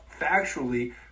factually